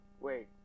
Wait